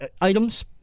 items